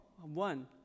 one